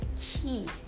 key